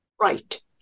Right